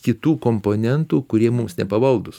kitų komponentų kurie mums nepavaldūs